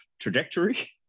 Trajectory